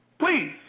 Please